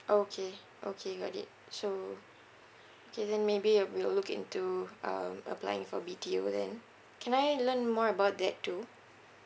okay okay got it so okay then maybe I will look into um applying for B_T_O then can I learn more about that too